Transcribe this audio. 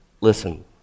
listen